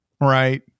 Right